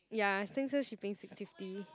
ya Singsale shipping six fifty